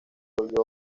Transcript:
volvió